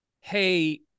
hey